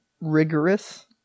rigorous